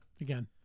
again